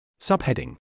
Subheading